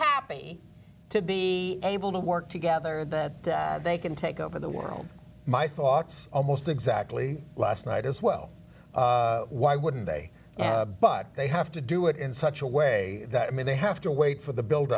happy to be able to work together that they can take over the world my thoughts almost exactly last night as well why wouldn't they but they have to do it in such a way that i mean they have to wait for the build